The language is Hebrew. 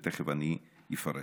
ותכף אפרט.